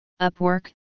Upwork